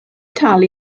talu